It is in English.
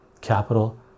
Capital